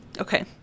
Okay